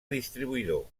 distribuïdor